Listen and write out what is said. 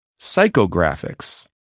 psychographics